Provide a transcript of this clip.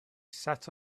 sat